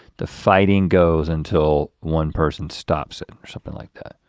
the fighting goes until one person stops and or something like that